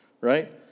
right